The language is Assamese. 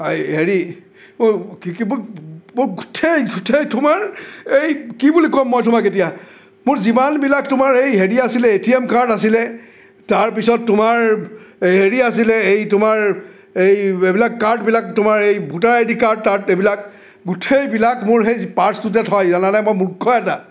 এই হেৰি মোৰ কি মোৰ গোটেই গোটেই তোমাৰ এই কি বুলি ক'ম মই তোমাক এতিয়া মোৰ যিমানবিলাক তোমাৰ এই হেৰি আছিলে এ টি এম কাৰ্ড আছিলে তাৰপিছত তোমাৰ এই হেৰি আছিলে এই তোমাৰ এই এইবিলাক কাৰ্ডবিলাক তোমাৰ এই ভোটাৰ আই ডি কাৰ্ড টাৰ্ড এইবিলাক গোটেইবিলাক মোৰ সেই পাৰ্চটোতে থয় জানানে মই মূৰ্খ এটা